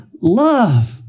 Love